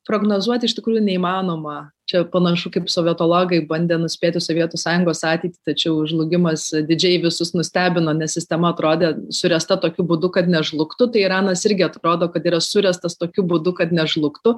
prognozuoti iš tikrųjų neįmanoma čia panašu kaip sovietologijai bandė nuspėti sovietų sąjungos ateitį tačiau žlugimas didžiai visus nustebino nes sistema atrodė suręsta tokiu būdu kad nežlugtų tai iranas irgi atrodo kad yra suręstas tokiu būdu kad nežlugtų